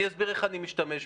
אני אסביר איך אני משתמש בזה.